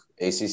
ACC